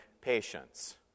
patience